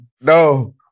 no